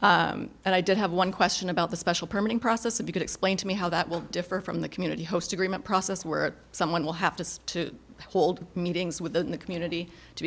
but i did have one question about the special permit process because explain to me how that will differ from the community host agreement process where someone will have to hold meetings with the community to